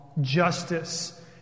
justice